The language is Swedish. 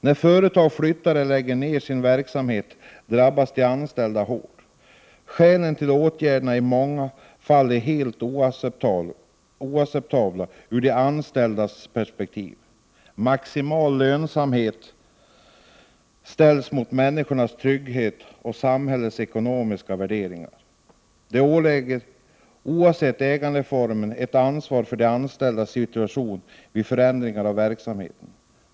När företag flyttar eller lägger ner verksamheten drabbas de anställda hårt. Skälen till åtgärderna är i många fall helt oacceptabla ur de anställdas perspektiv. Maximal lönsamhet ställs mot människors trygghet och samhällsekonomiska värderingar. Företag har, oavsett ägandeform, ett ansvar för de anställdas situation vid förändringar av verksamhet.